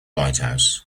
lighthouse